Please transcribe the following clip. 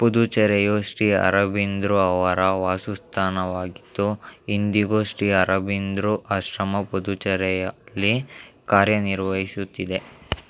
ಪುದುಚೇರಿಯು ಶ್ರೀ ಅರಬಿಂದೋ ಅವರ ವಾಸಸ್ಥಾನವಾಗಿತ್ತು ಇಂದಿಗೂ ಶ್ರೀ ಅರಬಿಂದೋ ಆಶ್ರಮ ಪುದುಚೇರಿಯಲ್ಲಿ ಕಾರ್ಯನಿರ್ವಹಿಸುತ್ತಿದೆ